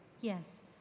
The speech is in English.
Yes